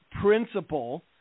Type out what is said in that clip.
principle